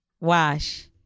Wash